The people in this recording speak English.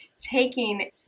taking